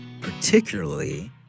Particularly